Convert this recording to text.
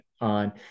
on